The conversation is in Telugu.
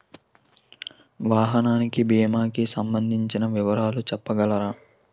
వాహనానికి భీమా కి సంబందించిన వివరాలు చెప్పగలరా?